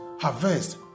harvest